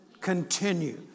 Continue